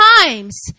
times